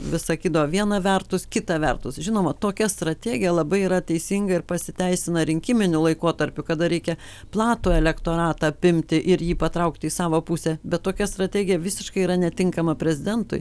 vis sakydavo viena vertus kita vertus žinoma tokia strategija labai yra teisinga ir pasiteisina rinkiminiu laikotarpiu kada reikia platų elektoratą apimti ir jį patraukti į savo pusę bet tokia strategija visiškai yra netinkama prezidentui